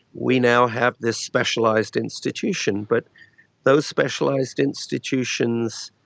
we now have this specialised institution. but those specialised institutions